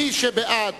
מי שבעד